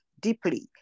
deeply